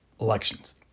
elections